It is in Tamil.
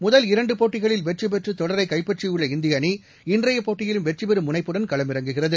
முதல் இரண்டு போட்டிகளில் வெற்றி பெற்று தொடரை கைப்பற்றியுள்ள இந்திய அணி இன்றைய போட்டியிலும் வெற்றி பெறும் முனைப்புடன் களமிறங்குகிறது